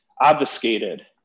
obfuscated